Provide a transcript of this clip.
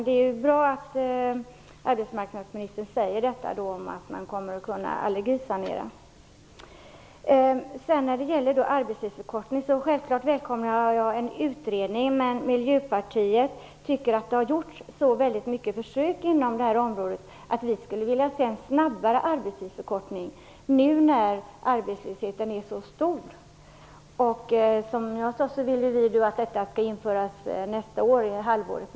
Det är bra att arbetsmarknadsministern säger att man kommer att kunna allergisanera. Jag välkomnar självfallet en utredning om arbetstidsförkortning. Miljöpartiet tycker dock att det har gjorts så många försök inom detta område att vi skulle vilja ha en arbetstidsförkortning snabbare, nu när arbetslösheten är så stor. Vi vill att en sådan skall införas nästa år, vid halvårsskiftet.